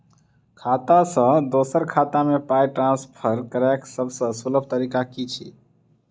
खाता सँ दोसर खाता मे पाई ट्रान्सफर करैक सभसँ सुलभ तरीका की छी?